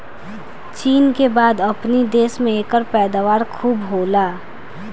चीन के बाद अपनी देश में एकर पैदावार खूब होला